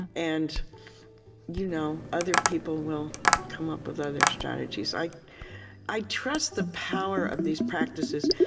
and you know other people will come up with other strategies. i i trust the power of these practices.